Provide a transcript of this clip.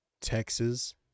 Texas